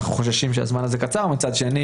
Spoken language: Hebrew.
אנחנו חוששים שהזמן הזה קצר ומצד שנים